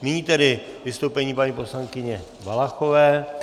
Nyní tedy vystoupení paní poslankyně Valachové.